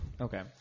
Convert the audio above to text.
Okay